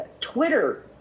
twitter